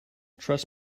trust